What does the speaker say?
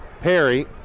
Perry